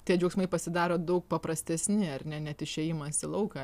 tie džiaugsmai pasidaro daug paprastesni ar ne net išėjimas į lauką